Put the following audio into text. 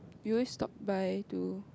we always stop by to